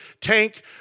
tank